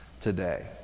today